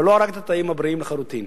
ולא הרג את התאים הבריאים לחלוטין.